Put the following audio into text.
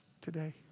today